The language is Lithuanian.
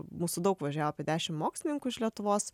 mūsų daug važiavo apie dešimt mokslininkų iš lietuvos